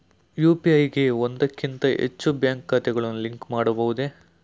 UPI ಗೆ ಒಂದಕ್ಕಿಂತ ಹೆಚ್ಚು ಬ್ಯಾಂಕ್ ಖಾತೆಗಳನ್ನು ಲಿಂಕ್ ಮಾಡಬಹುದೇ?